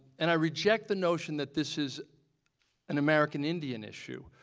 and i reject the notion that this is an american indian issue.